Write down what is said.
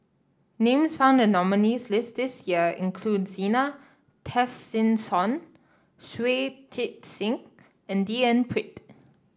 names found in the nominees' list this year include Zena Tessensohn Shui Tit Sing and D N Pritt